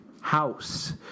House